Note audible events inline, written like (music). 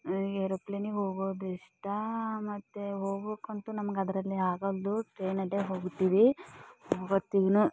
ಏರೋಪ್ಲೇನಿಗೆ ಹೋಗೋದು ಇಷ್ಟ ಮತ್ತೆ ಹೋಗೋಕಂತೂ ನಮಗೆ ಅದರಲ್ಲಿ ಆಗಲ್ದು ಟ್ರೈನಲ್ಲೇ ಹೋಗುತ್ತೀವಿ (unintelligible)